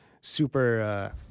super